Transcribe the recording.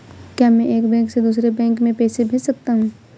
क्या मैं एक बैंक से दूसरे बैंक में पैसे भेज सकता हूँ?